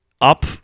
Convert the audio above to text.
up